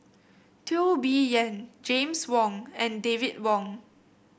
Teo Bee Yen James Wong and David Wong